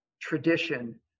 tradition